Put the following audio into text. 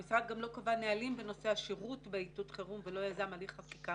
המשרד גם לא קבע נהלים בנושא השירות בעיתות חירום ולא יזם הליך חקיקה